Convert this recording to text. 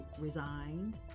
resigned